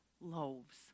loaves